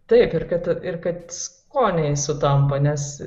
taip ir kad ir kad skoniai sutampa nes